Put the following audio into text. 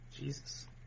Jesus